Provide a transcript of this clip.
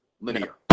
Linear